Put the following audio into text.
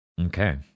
Okay